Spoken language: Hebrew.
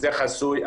זה חסוי.